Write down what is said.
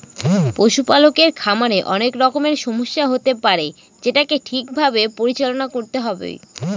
পশুপালকের খামারে অনেক রকমের সমস্যা হতে পারে যেটাকে ঠিক ভাবে পরিচালনা করতে হয়